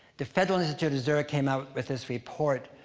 the federal institute of zurich came out with this report